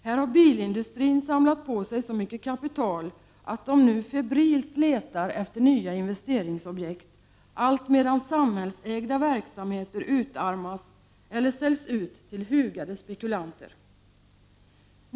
Här har bilindustrin samlat på sig så mycket kapital att man nu febrilt letar efter nya investeringsobjekt, alltmedan samhällsägda verksamheter utarmas eller säljs ut till hugade spekulanter.